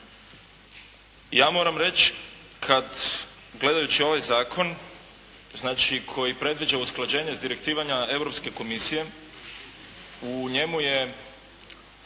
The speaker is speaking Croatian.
Ja moram reći kad, gledajući ovaj zakon znači koji predviđa usklađenje s direktivama Europske komisije, u njemu je